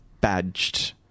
badged